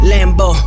Lambo